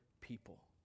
people